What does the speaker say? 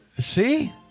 See